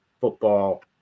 football